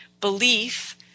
belief